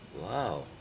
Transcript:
Wow